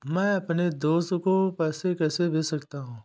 मैं अपने दोस्त को पैसे कैसे भेज सकता हूँ?